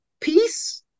peace